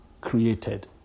created